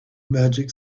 magic